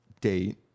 date